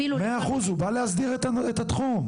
מאה אחוז, הוא בא להסדיר את התחום.